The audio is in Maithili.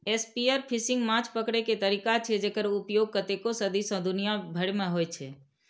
स्पीयरफिशिंग माछ पकड़ै के तरीका छियै, जेकर उपयोग कतेको सदी सं दुनिया भरि मे होइ छै